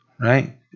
right